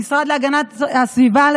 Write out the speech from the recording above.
המשרד להגנת הסביבה,